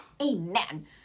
Amen